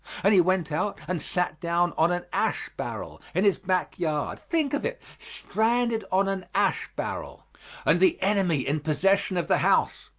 and he went out and sat down on an ash barrel in his back yard. think of it! stranded on an ash barrel and the enemy in possession of the house!